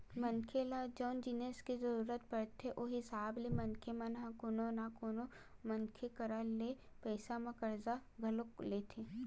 मनखे ल जउन जिनिस के जरुरत पड़थे ओ हिसाब ले मनखे मन ह कोनो न कोनो मनखे करा ले पइसा म करजा घलो लेथे